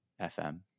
fm